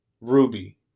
Ruby